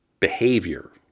behavior